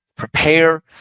Prepare